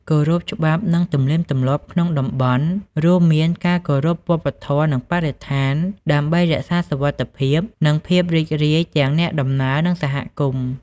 គោរពច្បាប់ និងទំនៀមទម្លាប់ក្នុងតំបន់ រួមមានការគោរពវប្បធម៌ និងបរិស្ថាន ដើម្បីរក្សាសុវត្ថិភាព និងភាពរីករាយទាំងអ្នកដំណើរ និងសហគមន៍។